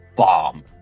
bomb